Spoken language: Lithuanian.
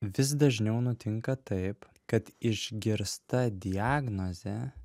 vis dažniau nutinka taip kad išgirsta diagnozė